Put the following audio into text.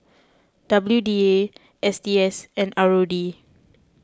W D A S T S and R O D